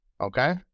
okay